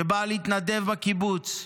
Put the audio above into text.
שבאה להתנדב בקיבוץ,